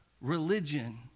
religion